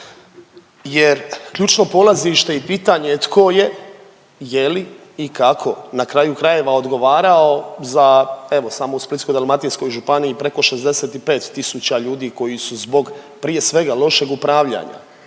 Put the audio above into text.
Jer ključno polazište i pitanje je tko je, je li i kako na kraju krajeva odgovarao za evo samo u Splitsko-dalmatinskoj županiji preko 65000 ljudi koji su zbog prije svega lošeg upravljanja